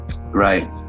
Right